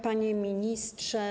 Panie Ministrze!